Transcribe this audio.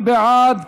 מי בעד?